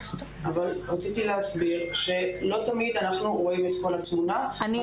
אבל רציתי להסביר שלא תמיד אנחנו רואים את כל התמונה --- אני